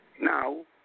Now